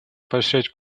поощрять